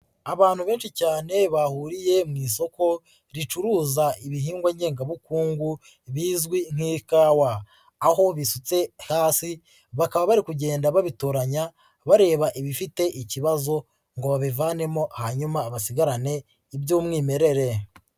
Abantu benshi cyane bahuriye mu isoko ricuruza ibihingwa ngengabukungu bizwi nk'ikawa, aho bisutse hasi bakaba bari kugenda babitoranya bareba ibifite ikibazo ngo babivanemo hanyuma basigarane iby'umwimerere.